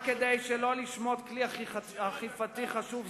רק כדי שלא לשמוט כלי אכיפתי חשוב זה,